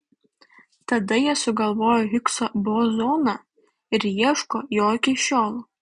tada jie sugalvojo higso bozoną ir ieško jo iki šiol